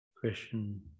question